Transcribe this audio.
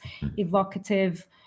evocative